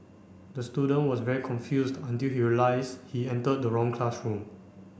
the student was very confused until he realise he enter the wrong classroom